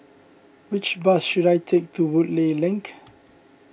which bus should I take to Woodleigh Link